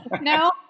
No